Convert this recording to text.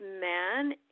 man